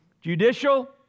Judicial